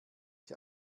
ich